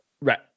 Right